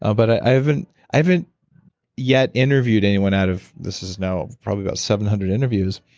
ah but i haven't i haven't yet interviewed anyone out of, this is now probably about seven hundred interviews,